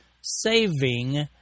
saving